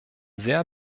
sehr